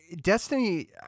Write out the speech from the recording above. destiny